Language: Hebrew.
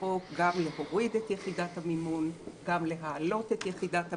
גם להוריד את יחידת המימון וגם להעלות את יחידת המימון.